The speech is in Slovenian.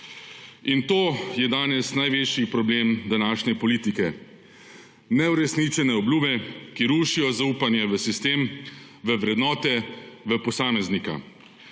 In to je danes največji problem današnje politike – neuresničene obljube, ki rušijo zaupanje v sistem, v vrednote, v posameznika.